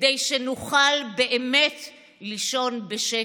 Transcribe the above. כדי שנוכל באמת לישון בשקט,